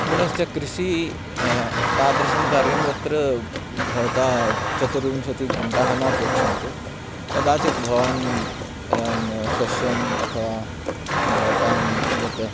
पुनश्च कृषिः तादृशं कार्यं यत्र भवता चतुर्विंशतिघण्टाः न अपेक्षन्ते कदाचित् भवान् एवं षष्यं भवतां यत्